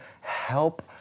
help